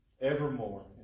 evermore